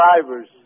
drivers